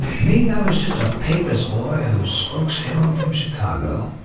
me, i was just a papist boy whose folks hailed from chicago.